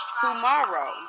tomorrow